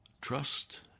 Trust